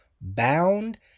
Bound